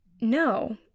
no